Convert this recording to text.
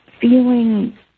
feeling